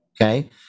okay